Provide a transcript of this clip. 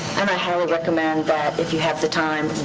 and i highly recommend that, if you have the time.